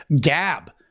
Gab